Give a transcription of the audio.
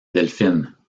delphine